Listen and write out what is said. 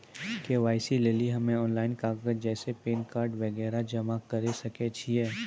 KYC लेली हम्मय online कागज जैसे पैन कार्ड वगैरह जमा करें सके छियै?